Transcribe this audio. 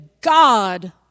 God